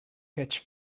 catch